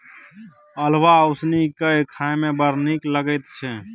अल्हुआ उसनि कए खाए मे बड़ नीक लगैत छै